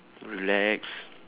relax